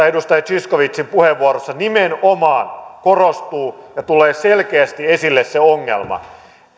edustaja zyskowiczin puheenvuorossa nimenomaan korostuu ja tulee selkeästi esille se ongelma